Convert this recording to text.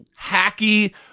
hacky